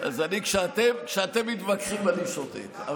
אז כשאתם מתווכחים אני שותק.